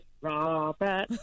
Robert